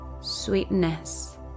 sweetness